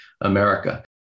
America